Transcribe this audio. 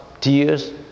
tears